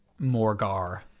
Morgar